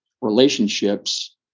relationships